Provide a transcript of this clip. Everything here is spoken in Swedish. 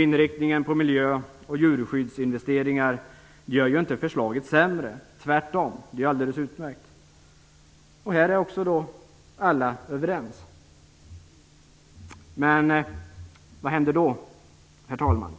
Inriktningen på miljö och djurskyddsinvesteringar gör ju inte förslaget sämre. Det är tvärtom alldeles utmärkt. Också här är alla överens. Men vad händer då, herr talman?